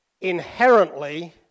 inherently